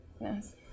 yes